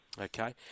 Okay